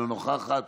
אינה נוכחת.